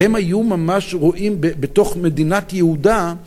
‫הם היו ממש רואים בתוך מדינת יהודה...